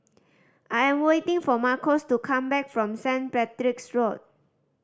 I am waiting for Marcos to come back from Saint Patrick's Road